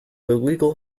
illegal